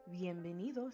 bienvenidos